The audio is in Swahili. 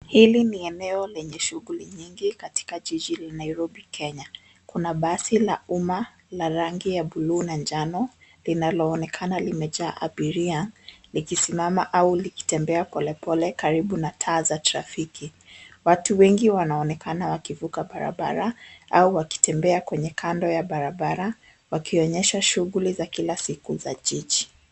Hili ni eneo lenye shughuli nyingi katika jiji la Nairobi, Kenya. Kuna basi la umma la rangi ya bluu na njano linaloonekana limejaa abiria likisimama au likitembea polepole karibu na taa za trafiki. Watu wengi wanaonekana wakivuka barabara au wakitembea kwenye kando ya barabara wakionyesha shughuli za kila siku za jiji.